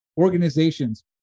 organizations